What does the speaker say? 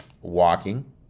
walking